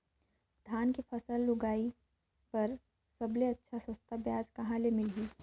धान के फसल उगाई बार सबले अच्छा सस्ता ब्याज कहा ले मिलही?